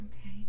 Okay